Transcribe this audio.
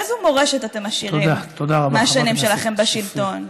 איזו מורשת אתם משאירים מהשנים שלכם בשלטון?